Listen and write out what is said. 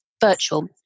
virtual